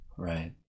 right